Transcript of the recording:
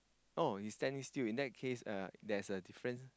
oh he's standing still in that case uh there's a different